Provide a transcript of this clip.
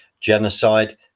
genocide